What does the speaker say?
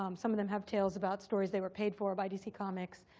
um some of them have tales about stories they were paid for by dc comics.